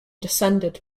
descended